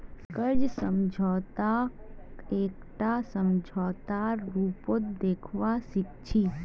कर्ज समझौताक एकटा समझौतार रूपत देखवा सिख छी